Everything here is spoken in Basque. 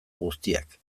guztiak